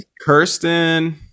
Kirsten